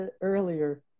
earlier